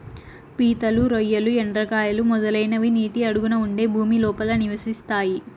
పీతలు, రొయ్యలు, ఎండ్రకాయలు, మొదలైనవి నీటి అడుగున ఉండే భూమి లోపల నివసిస్తాయి